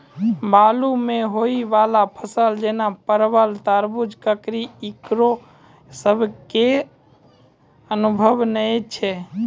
बालू मे होय वाला फसल जैना परबल, तरबूज, ककड़ी ईकरो सब के अनुभव नेय छै?